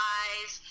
eyes